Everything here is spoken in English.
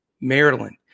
Maryland